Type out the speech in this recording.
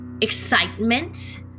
excitement